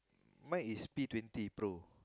mine is P twenty pro